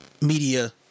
media